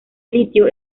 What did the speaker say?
litio